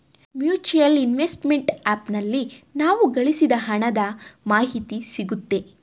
mutual investment app ನಲ್ಲಿ ನಾವು ಗಳಿಸಿದ ಹಣದ ಮಾಹಿತಿ ಸಿಗುತ್ತೆ